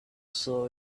saw